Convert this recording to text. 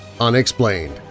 unexplained